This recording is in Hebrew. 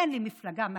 אין לי מפלגה מאחוריי,